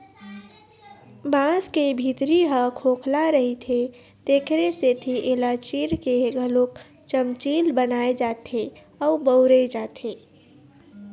बांस के भीतरी ह खोखला रहिथे तेखरे सेती एला चीर के घलोक चमचील बनाए जाथे अउ बउरे जाथे